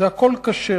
הכול כשר.